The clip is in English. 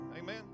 Amen